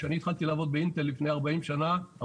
כשאני התחלתי לעבוד באינטל לפני 42 שנה,